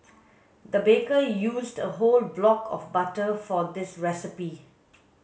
the baker used a whole block of butter for this recipe